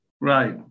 Right